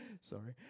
Sorry